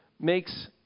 makes